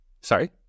Sorry